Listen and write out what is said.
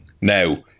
Now